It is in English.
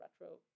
retro